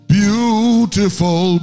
beautiful